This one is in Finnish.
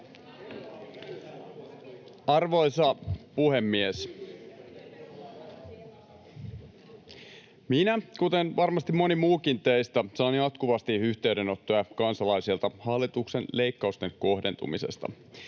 Arvoisa puhemies! Minä, kuten varmasti moni muukin teistä, saan jatkuvasti yhteydenottoja kansalaisilta hallituksen leikkausten kohdentumisesta.